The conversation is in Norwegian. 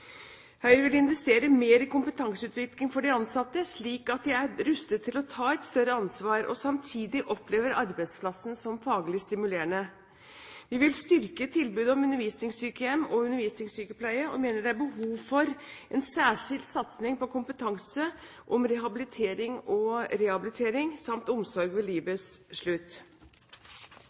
Høyre vil investere mer i kompetanseutvikling for de ansatte, slik at de er rustet til å ta et større ansvar og samtidig opplever arbeidsplassen som faglig stimulerende. Vi vil styrke tilbudet om undervisningssykehjem og undervisningssykepleie, og mener det er behov for en særskilt satsing på kompetanse om habilitering og rehabilitering samt omsorg ved livets slutt.